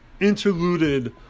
interluded